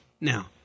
now